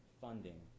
funding